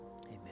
amen